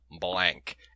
blank